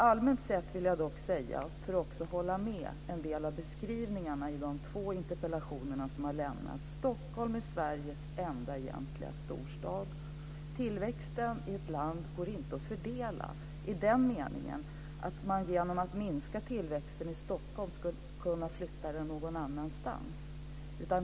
Allmänt vill jag dock säga, för att hålla med om en del av beskrivningarna i de två interpellationer som har lämnats: Stockholm är Sveriges enda egentliga storstad. Tillväxten i ett land går inte att fördela i den meningen att man genom att minska tillväxten i Stockholm skulle kunna flytta den någon annanstans.